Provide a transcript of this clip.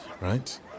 Right